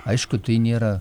aišku tai nėra